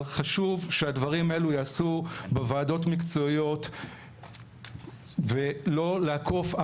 אבל חשוב שהדברים האלו יעשו בוועדות מקצועיות ולא לעקוף,